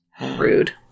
Rude